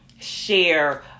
share